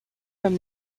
from